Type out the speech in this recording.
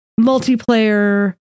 multiplayer